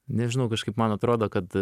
nežinau kažkaip man atrodo kad